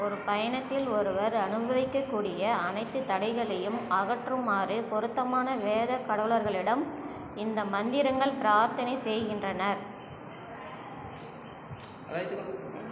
ஒரு பயணத்தில் ஒருவர் அனுபவிக்கக்கூடிய அனைத்து தடைகளையும் அகற்றுமாறு பொருத்தமான வேத கடவுளர்களிடம் இந்த மந்திரங்கள் பிரார்த்தனை செய்கின்றனர்